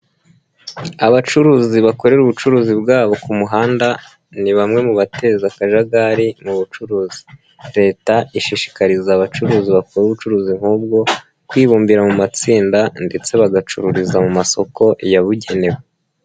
Abacuruzi bakorera ubucuruzi bwabo ku muhanda ni bamwe mu bateza akajagari mu bucuruzi, Leta ishishikariza abacuruzi bakora ubucuruzi nk'ubwo kwibumbira mu matsinda ndetse bagacururiza mu masoko yabugenewe.